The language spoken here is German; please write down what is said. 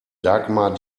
dagmar